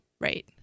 right